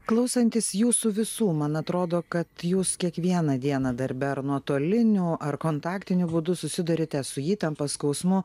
klausantis jūsų visų man atrodo kad jūs kiekvieną dieną darbe ar nuotoliniu ar kontaktiniu būdu susiduriate su įtampa skausmu